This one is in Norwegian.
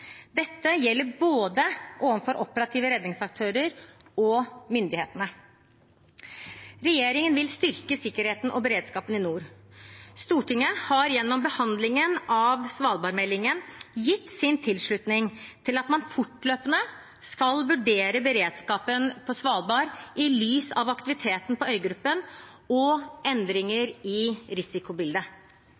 Dette gjelder overfor både operative redningsaktører og myndighetene. Regjeringen vil styrke sikkerheten og beredskapen i nord. Stortinget har gjennom behandlingen av svalbardmeldingen gitt sin tilslutning til at man fortløpende skal vurdere beredskapen på Svalbard i lys av aktiviteten på øygruppen og endringer i risikobildet.